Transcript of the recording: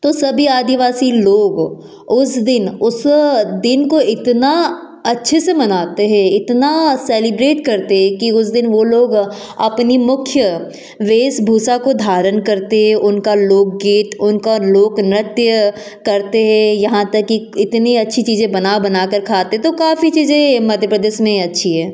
तो सभी आदिवासी लोग उस दिन उस दिन को इतना अच्छे से मनाते हैं इतना सेलिब्रेट करते हैं कि उस दिन वो लोग अपनी मुख्य वेशभूषा को धारण करते उनका लोक गीत उनका लोक नृत्य करते हैं यहाँ तक कि इतनी अच्छी चीज़ें बना बनाकर खाते तो काफ़ी चीज़ें मध्य प्रदेश में अच्छी है